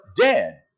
dead